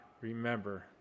remember